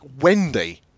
Wendy